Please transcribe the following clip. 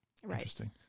Interesting